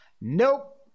nope